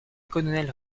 colonel